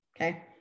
Okay